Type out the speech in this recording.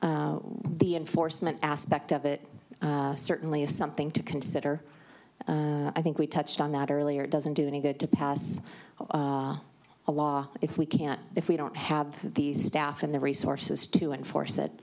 animals the enforcement aspect of it certainly is something to consider i think we touched on that earlier doesn't do any good to pass a law if we can't if we don't have these staff in the resources to enforce